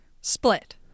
Split